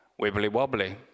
wibbly-wobbly